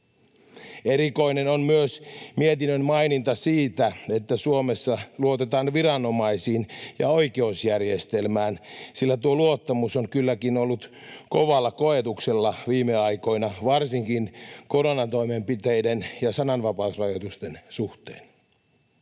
Erikoinen on myös mietinnön maininta siitä, että Suomessa luotetaan viranomaisiin ja oikeusjärjestelmään, sillä tuo luottamus on kylläkin ollut kovalla koetuksella viime aikoina varsinkin koronatoimenpiteiden ja sananvapausrajoitusten suhteen.